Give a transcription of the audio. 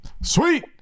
Sweet